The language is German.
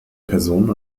personen